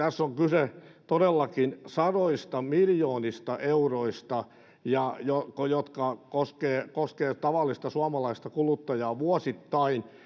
tässä on kyse todellakin sadoista miljoonista euroista jotka koskevat tavallista suomalaista kuluttajaa vuosittain